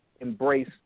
embrace